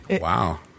Wow